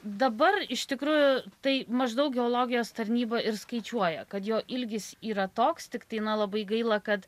dabar iš tikrųjų tai maždaug geologijos tarnyba ir skaičiuoja kad jo ilgis yra toks tiktai na labai gaila kad